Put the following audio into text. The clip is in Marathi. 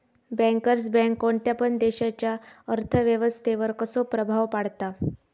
बँकर्स बँक कोणत्या पण देशाच्या अर्थ व्यवस्थेवर कसो प्रभाव पाडता?